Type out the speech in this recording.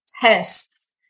tests